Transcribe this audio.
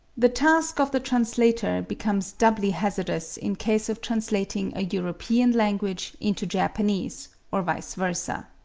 the task of the translator becomes doubly hazardous in case of translating a european language into japanese, or vice versa.